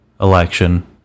Election